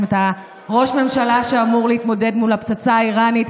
אם אתה ראש ממשלה שאמור להתמודד מול עם הפצצה האיראנית,